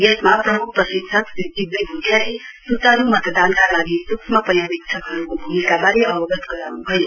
यसमा प्रम्ख प्रशिक्षक श्री जिग्मी भ्टियाले स्चारू मतदानका लागि सूक्ष्म पर्यावेक्षकहरूको भूमिकाबारे अवगत गराउन् भयो